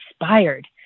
inspired